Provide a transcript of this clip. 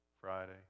Friday